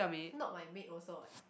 not my maid also what